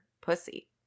pussy